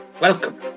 Welcome